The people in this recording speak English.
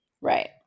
Right